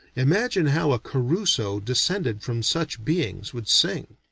imagine how a caruso descended from such beings would sing.